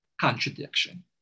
contradiction